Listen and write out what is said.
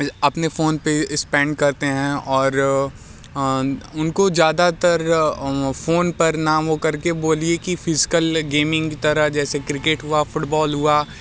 अपने फ़ोन पे इस्पेंड करते हैं और उनको ज़्यादातर फ़ोन पर ना हो करके बोलिए की फ़िसकल गेमिंग तरह जैसे क्रिकेट हुआ फ़ुटबॉल हुआ